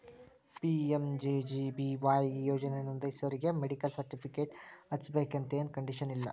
PMJJBY ಈ ಯೋಜನಾ ನೋಂದಾಸೋರಿಗಿ ಮೆಡಿಕಲ್ ಸರ್ಟಿಫಿಕೇಟ್ ಹಚ್ಚಬೇಕಂತೆನ್ ಕಂಡೇಶನ್ ಇಲ್ಲ